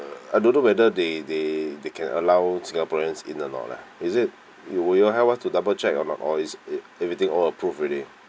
uh I don't know whether they they they can allow singaporeans in or not leh is it you will you help us to double check or not or is it everything all approved already